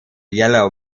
yellow